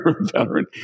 veteran